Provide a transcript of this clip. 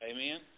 Amen